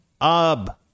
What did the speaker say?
Ab